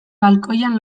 balkoian